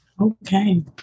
Okay